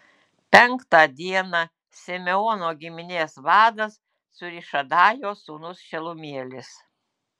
penktą dieną simeono giminės vadas cūrišadajo sūnus šelumielis